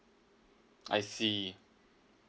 I see